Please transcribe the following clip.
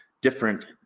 different